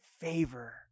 favor